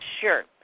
Sure